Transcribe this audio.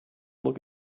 look